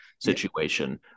situation